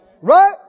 Right